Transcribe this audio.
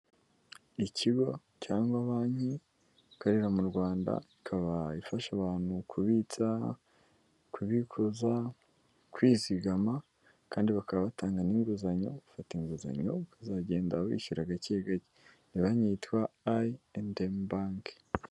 Ikigo cyangwa banki ikorera mu Rwanda, ikaba ifasha abantu kubitsa,, kubikuza kwizigama kandi bakaba batanga n'inguzanyo, ufata inguzanyo ukazagenda wishyura gake gake, ni banki yitwa I&M banki.